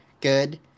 Good